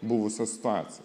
buvusią situaciją